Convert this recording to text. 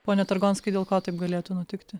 pone targonskai dėl ko taip galėtų nutikti